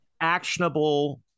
actionable